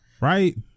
right